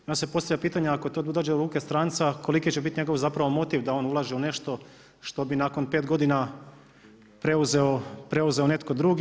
I onda se postavlja pitanje ako to dođe u ruke stranca koliki će biti njegov zapravo motiv da on ulaže u nešto što bi nakon 5 godina preuzeo netko drugi.